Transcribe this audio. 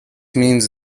means